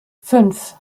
fünf